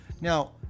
Now